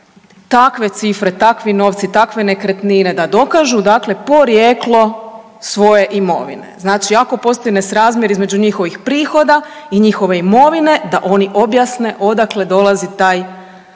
takve cifre, takvi novci, takve nekretnine da dokažu dakle porijeklo svoje imovine. Znači ako postoji nesrazmjer između njihovih prihoda i njihove imovine da oni objasne odakle dolazi taj